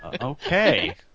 Okay